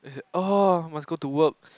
as in !ah! I must go to work